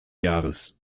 jahres